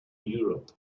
europe